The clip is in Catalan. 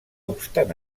obstant